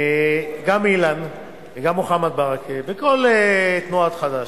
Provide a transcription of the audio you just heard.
גם אילן וגם מוחמד ברכה, וכל תנועת חד"ש,